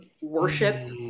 worship